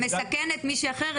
שהיא מסכנת מישהי אחרת.